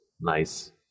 nice